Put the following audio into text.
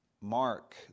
Mark